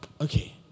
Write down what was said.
Okay